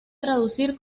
traducir